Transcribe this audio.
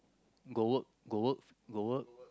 go work go work go work